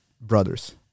brothers